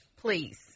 Please